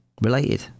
related